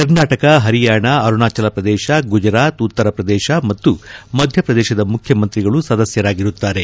ಕರ್ನಾಟಕ ಹರಿಯಾಣಾ ಅರುಣಾಚಲ ಪ್ರದೇಶ ಗುಜರಾತ್ ಉತ್ತರ ಪ್ರದೇಶ ಮತ್ತು ಮಧ್ಯಪ್ರದೇಶದ ಮುಖ್ಯಮಂತ್ರಿಗಳು ಸದಸ್ಯರಾಗಿರುತ್ತಾರೆ